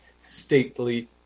stately